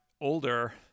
older